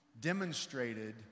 demonstrated